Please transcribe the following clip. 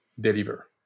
deliver